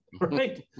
right